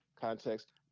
context